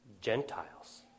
Gentiles